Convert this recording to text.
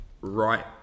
right